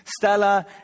Stella